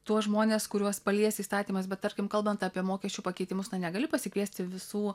tuos žmones kuriuos palies įstatymas bet tarkim kalbant apie mokesčių pakeitimus na negali pasikviesti visų